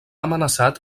amenaçat